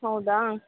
ಹೌದಾ